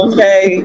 Okay